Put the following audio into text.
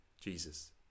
Jesus